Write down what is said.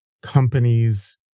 companies